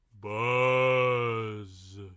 Buzz